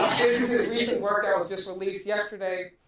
is his recent work that was just released yesterday.